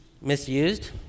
Misused